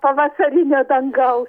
pavasarinio dangau